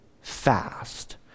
fast